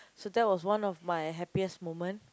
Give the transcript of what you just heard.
so that was one of my happiest moment